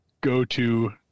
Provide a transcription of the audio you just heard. go-to